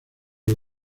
del